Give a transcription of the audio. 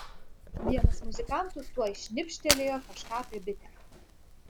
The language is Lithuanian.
vienas muzikantų tuoj šnibžtelėjo kažką apie bitę